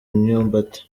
imyumbati